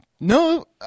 No